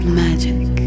magic